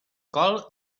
col